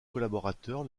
collaborateur